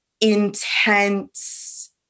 intense